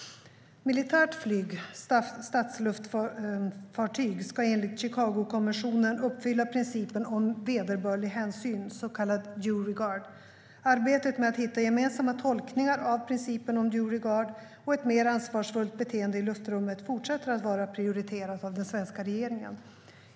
Militärt flyg, statsluftfartyg, ska enligt Chicagokonventionen uppfylla principen om vederbörlig hänsyn, så kallad due regard. Arbetet med att hitta gemensamma tolkningar av principen om due regard och ett mer ansvarsfullt beteende i luftrummet fortsätter att vara prioriterat av den svenska regeringen.